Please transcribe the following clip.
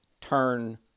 turn